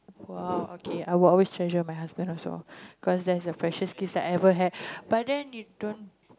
!wow! okay I will always treasure my husband also cause that's a precious gift that I've ever had but then you don't